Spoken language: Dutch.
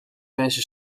mensen